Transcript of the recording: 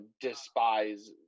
despise